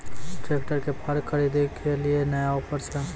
Tractor के फार खरीदारी के लिए नया ऑफर छ?